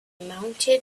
mounted